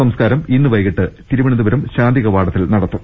സംസ്കാരം വൈകിട്ട് തിരുവനന്തപുരം ശാന്തി കവാടത്തിൽ നടത്തും